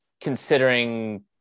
considering